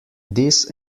this